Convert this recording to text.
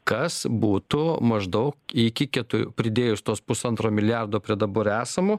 kas būtų maždaug iki keturių pridėjus tuos pusantro milijardo prie dabar esamų